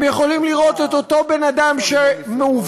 הם יכולים לראות את אותו בן-אדם שמובא